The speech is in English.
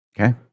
Okay